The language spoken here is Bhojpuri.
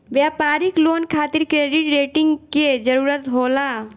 व्यापारिक लोन खातिर क्रेडिट रेटिंग के जरूरत होला